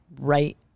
right